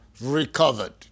recovered